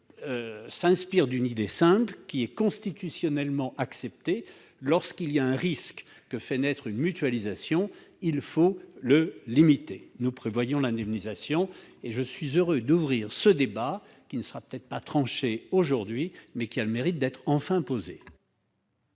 ici s'inspirent d'une idée simple et constitutionnellement acceptée : lorsqu'il y a un risque né d'une mutualisation, il faut le limiter. Nous prévoyons l'indemnisation. Je suis heureux d'ouvrir ce débat, qui ne sera peut-être pas tranché aujourd'hui, mais qui aura au moins le mérite d'être posé.